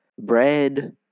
bread